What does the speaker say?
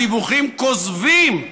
הדיווחים כוזבים.